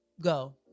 Go